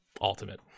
Ultimate